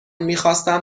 میخواستم